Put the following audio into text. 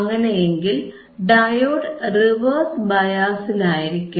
അങ്ങനെയെങ്കിൽ diode reverse ബയാസിൽ ആയിരിക്കും